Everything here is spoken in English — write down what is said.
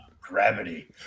gravity